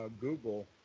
Google